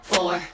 Four